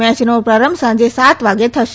મેચનો પ્રારંભ સાંજે સાત વાગે થશે